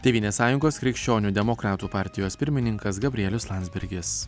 tėvynės sąjungos krikščionių demokratų partijos pirmininkas gabrielius landsbergis